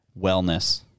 Wellness